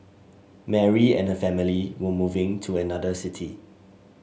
Mary and her family were moving to another city